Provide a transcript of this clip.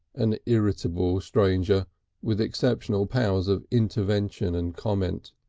an irritable stranger with exceptional powers of intervention and comment,